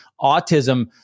autism